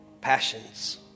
passions